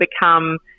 become